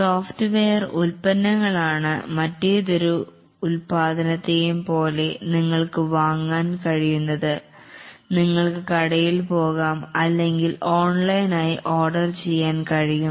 software ഉൽപന്നങ്ങളാണ് മറ്റേതൊരു ഉൽപാദനത്തെയും പോലെ നിങ്ങൾക്ക് വാങ്ങാൻ കഴിയുന്നത്നിങ്ങൾക്ക് കടയിലേക്ക് പോകാം അല്ലെങ്കിൽ ഓൺലൈനായി ഓർഡർ ചെയ്യാൻ കഴിയും